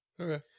Okay